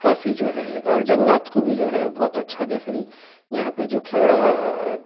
کافی جو ہے اور جنگلات کو بھی ہے بہت اچھا دیکھ رہی یہاں پہ جو کھیڑا